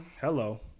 Hello